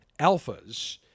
Alphas